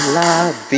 love